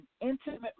intimate